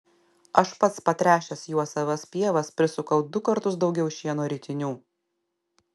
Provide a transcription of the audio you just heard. aš pats patręšęs juo savas pievas prisukau du kartus daugiau šieno ritinių